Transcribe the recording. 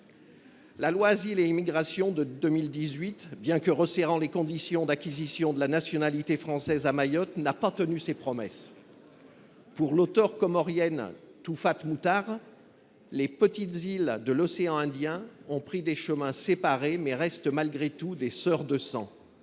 et une intégration réussie, bien qu’elle resserre les conditions d’acquisition de la nationalité française à Mayotte, n’a pas tenu ses promesses. Selon l’auteure comorienne Touhfat Mouhtare, « les petites îles de l’océan Indien ont pris des chemins séparés », mais restent des sœurs de sang.